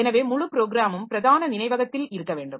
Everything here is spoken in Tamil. எனவே முழு ப்ரோக்ராமும் பிரதான நினைவகத்தில் இருக்க வேண்டும்